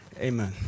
amen